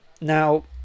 now